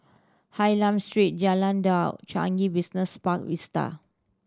Hylam Street Jalan Dua Changi Business Park Vista